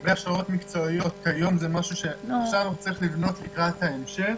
לגבי השעות המקצועיות כיום זה משהו שצריך לבנות לקראת ההמשך.